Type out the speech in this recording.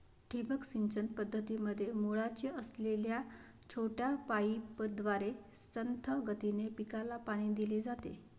ठिबक सिंचन पद्धतीमध्ये मुळाशी असलेल्या छोट्या पाईपद्वारे संथ गतीने पिकाला पाणी दिले जाते